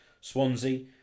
Swansea